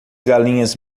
galinhas